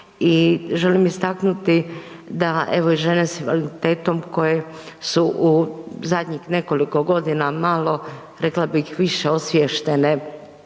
i želim istaknuti da evo i žene s invaliditetom koje su u zadnjih nekoliko godina malo, rekla bih više osviještene